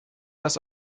das